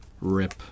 rip